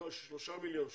שלושה מיליון שקל,